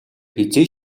хэзээ